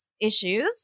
issues